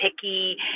picky